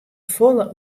folle